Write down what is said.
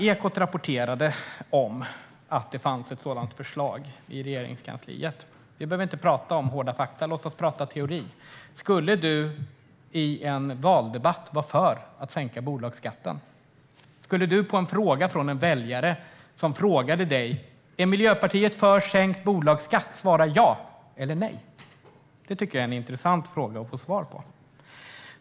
Ekot rapporterade om att det fanns ett förslag om sänkt bolagsskatt i Regeringskansliet. Vi behöver inte prata om hårda fakta. Låt oss prata teori. Skulle du i en valdebatt vara för sänkt bolagsskatt, Rasmus Ling? Skulle du om en väljare frågade dig om Miljöpartiet är för sänkt bolagsskatt svara ja eller nej? Det tycker jag är intressanta frågor att få svar på.